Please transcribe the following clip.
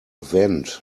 vent